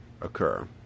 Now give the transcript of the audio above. occur